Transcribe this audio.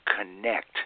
connect